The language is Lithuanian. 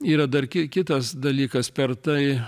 yra dar ki kitas dalykas per tai